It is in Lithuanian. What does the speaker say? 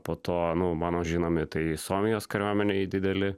po to manau mano žinomi tai suomijos kariuomenėj dideli